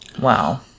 Wow